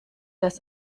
dass